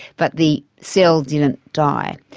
but the cell didn't die.